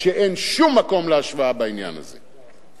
כשאין שום מקום להשוואה בעניין הזה.